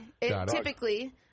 Typically